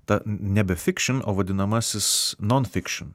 ta nebe fikšin o vadinamasis non fikšin